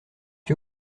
que